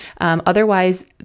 Otherwise